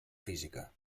física